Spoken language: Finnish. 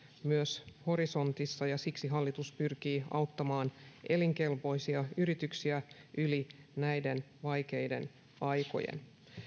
myös horisontissa ja siksi hallitus pyrkii auttamaan elinkelpoisia yrityksiä yli näiden vaikeiden aikojen